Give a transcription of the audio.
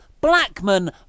Blackman